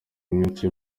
mwinshi